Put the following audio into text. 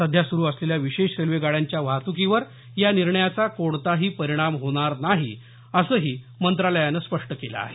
सध्या सुरु असलेल्या विशेष रेल्वे गाड्यांच्या वाहतुकीवर या निर्णयाचा कोणताही परिणाम होणार नाही असंही मंत्रालयानं स्पष्ट केलं आहे